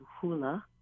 hula